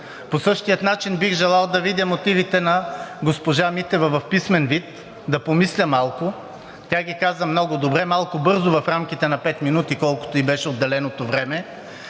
По същия начин бих желал да видя мотивите на госпожа Митева в писмен вид. Да помисля малко. Тя ги каза много добре. Малко бързо в рамките на пет минути, колкото ѝ беше отделеното време.